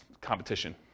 competition